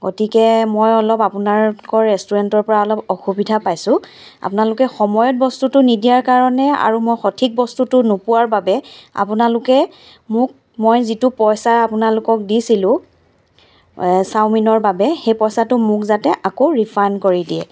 গতিকে মই অলপ আপোনালোকৰ ৰেষ্টুৰেণ্টৰ পৰা অলপ অসুবিধা পাইছোঁ আপোনালোকে সময়ত বস্তুটো নিদিয়াৰ কাৰণে আৰু মই সঠিক বস্তুটো নোপোৱাৰ বাবে আপোনালোকে মোক মই যিটো পইচা আপোনালোকক দিছিলোঁ চাওমিনৰ বাবে সেই পইচাটো মোক যাতে আকৌ ৰিফাণ্ড কৰি দিয়ে